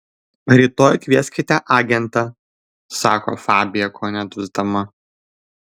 rytoj kvieskite agentą sako fabija kone dusdama